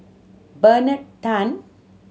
Bernard Tan